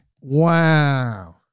Wow